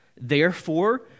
Therefore